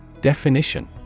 Definition